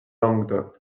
languedoc